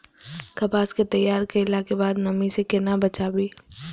कपास के तैयार कैला कै बाद नमी से केना बचाबी?